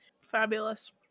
fabulous